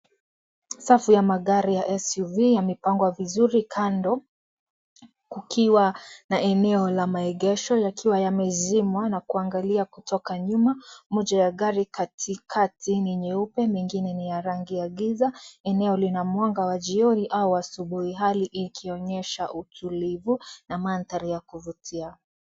Savu ya magari ya SUV yamepangwa vizuri kando kukiwa na eneo la maegesho yakiwa yamezimwa na kuangalia kutoka nyuma. Moja ya gari kati kati ni nyeupe mengine ni ya rangi ya giza. Eneo lina mwanga wa jioni au asubuhi. Hali ikionyesha utulivu na maandhari ya kuvutia.